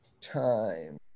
Time